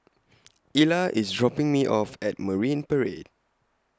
Ela IS dropping Me off At Marine Parade